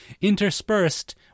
interspersed